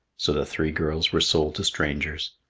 so the three girls were sold to strangers.